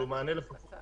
אבל הוא מענה לפחות